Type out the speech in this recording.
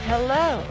Hello